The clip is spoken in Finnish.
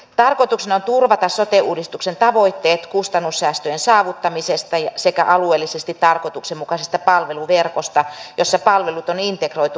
tarkoituksena on turvata sote uudistuksen tavoitteet kustannussäästöjen saavuttamisesta sekä alueellisesti tarkoituksenmukaisesta palveluverkosta jossa palvelut on integroitu asiakaskeskeisesti